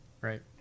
Right